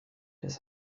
his